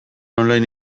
online